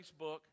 Facebook